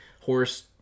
horse